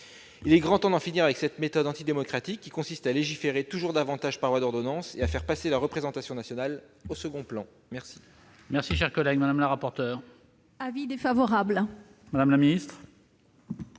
Il est grand temps d'en finir avec cette méthode antidémocratique qui consiste à légiférer toujours davantage par voie d'ordonnances et à faire passer la représentation nationale au second plan. Quel